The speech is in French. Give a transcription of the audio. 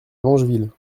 longeville